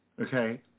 okay